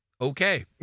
Okay